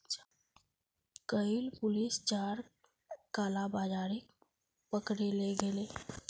कइल पुलिस चार कालाबाजारिक पकड़े ले गेले